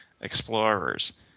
Explorers